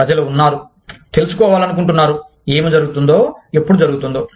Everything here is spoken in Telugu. ప్రజలు ఉన్నారు తెలుసుకోవాలనుకుంటున్నారు ఏమి జరుగుతుందో ఎప్పుడు జరుగుతుందో